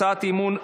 הצעת האי-אמון,